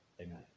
Amen